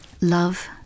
Love